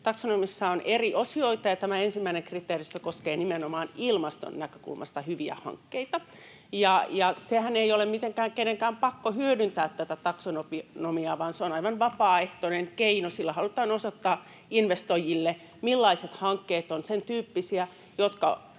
Taksonomiassa on eri osioita, ja tämä ensimmäinen kriteeristö koskee nimenomaan ilmaston näkökulmasta hyviä hankkeita. Kenenkäänhän ei ole mitenkään pakko hyödyntää tätä taksonomiaa, vaan se on aivan vapaaehtoinen keino. Sillä halutaan osoittaa investoijille, millaiset hankkeet ovat sen tyyppisiä, että